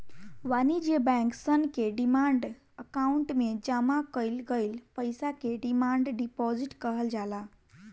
वाणिज्य बैंक सन के डिमांड अकाउंट में जामा कईल गईल पईसा के डिमांड डिपॉजिट कहल जाला